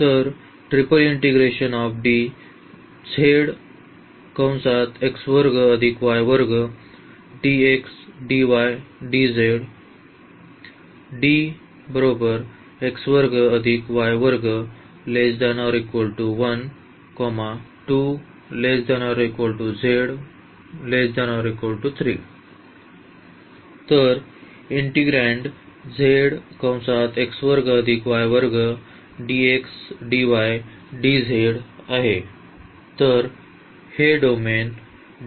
तर इंटिग्रेन्ड आहे आणि हे डोमेन D द्वारे दिले आहे